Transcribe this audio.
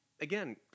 again